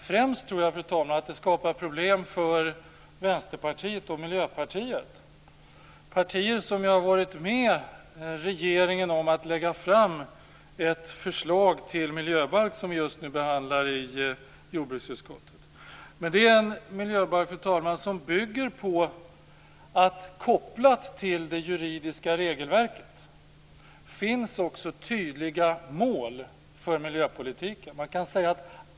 Främst kommer detta att skapa problem för Vänsterpartiet och Miljöpartiet. Det är partier som har uppmuntrat regeringen att lägga fram ett förslag till miljöbalk och som nu behandlas i jordbruksutskottet. Det är en miljöbalk som bygger på att det kopplat till det juridiska regelverket finns tydliga mål för miljöpolitiken.